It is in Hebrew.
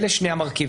אלה שני המרכיבים.